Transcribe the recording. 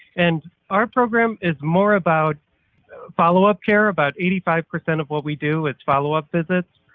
and our program is more about follow-up care about eighty five percent of what we do is follow-up visits,